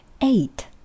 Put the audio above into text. eight